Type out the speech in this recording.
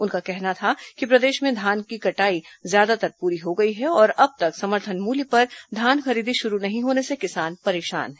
उनका कहना था कि प्रदेश में धान की कटाई ज्यादातर पूरी हो गई है और अब तक समर्थन मूल्य पर धान खरीदी शुरू नहीं होने से किसान परेशान हैं